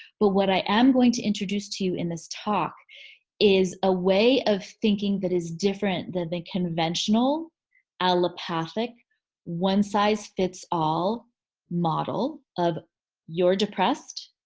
but what i am going to introduce to you in this talk is a way of thinking that is different than the conventional allopathic one size fits all model of you're depressed,